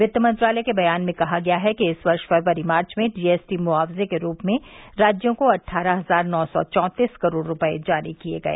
वित्त मंत्रालय के बयान में कहा गया है कि इस वर्ष फरवरी मार्च में जीएसटी मुआवजे के रूप में राज्यों को अट्ठारह हजार नौ सौ चौंतीस करोड़ रुपये जारी किये गए